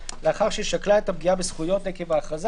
לאחר ששקלה את הפגיעה בזכויות עקב ההכרזה